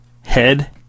head